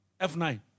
F9